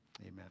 Amen